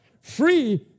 free